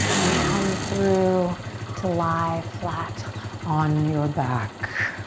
and come through to lie flat on your back.